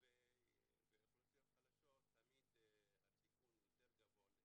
ובאוכלוסיות חלשות תמיד הסיכון הוא יותר גבוה לפגיעות.